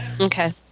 Okay